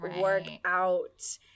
workout